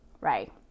right